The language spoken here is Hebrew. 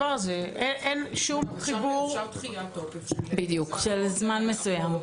אין שום חיבור --- אפשר דחיית תוקף לזמן מסוים.